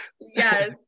yes